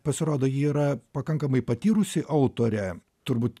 pasirodo ji yra pakankamai patyrusi autorė turbūt